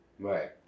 Right